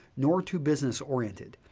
nor too business-oriented.